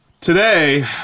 Today